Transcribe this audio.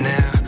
Now